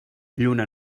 lluna